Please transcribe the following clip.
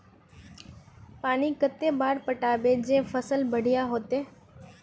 पानी कते बार पटाबे जे फसल बढ़िया होते?